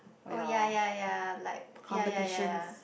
oh ya ya like ya ya ya ya